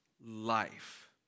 life